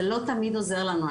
זה לא תמיד עוזר לנו.